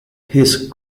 his